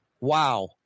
Wow